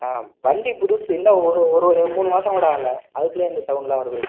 ஆ வண்டி புதுசு இன்னும் ஒரு ஒரு ஒரு மூணு மாதங்கூட ஆகலை அதுக்குள்ளேயே இந்த சவுண்டுலாம் வருது